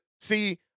see